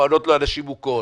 מעונות לנשים מוכות,